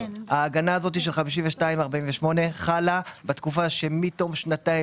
ההגנה הזאת של 52-48 חלה בתקופה שמתום שנתיים